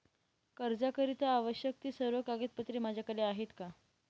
कर्जाकरीता आवश्यक ति सर्व कागदपत्रे माझ्याकडे आहेत का?